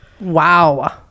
Wow